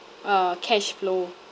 uh cash flow